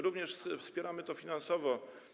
Również wspieramy to finansowo.